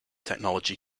technology